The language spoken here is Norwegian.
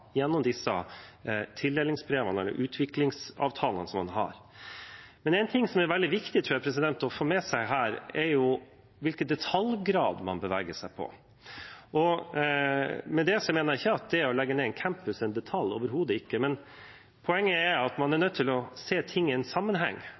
gjennom disse tildelingsbrevene eller utviklingsavtalene man har. Men noe jeg tror er veldig viktig å få med seg her, er hvilken detaljgrad man beveger seg på. Med det mener jeg ikke at å legge ned en campus er en detalj, overhodet ikke. Men poenget er at man er